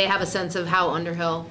they have a sense of how underhill